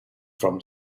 from